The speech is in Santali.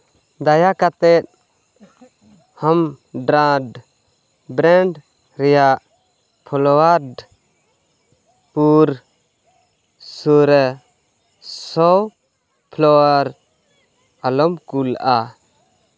ᱫᱟᱭᱟ ᱠᱟᱛᱮᱫ ᱦᱟᱢᱰᱟᱨᱰ ᱵᱨᱟᱱᱰ ᱨᱮᱭᱟᱜ ᱯᱷᱞᱫᱟ ᱯᱤᱭᱳᱨ ᱮᱱᱰ ᱥᱤᱭᱳᱨ ᱥᱳᱭᱟ ᱯᱷᱞᱟᱣᱟᱨ ᱟᱞᱚᱢ ᱠᱩᱞᱼᱟ